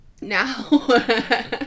Now